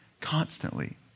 constantly